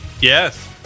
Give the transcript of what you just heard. Yes